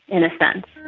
in a sense.